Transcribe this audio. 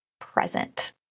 present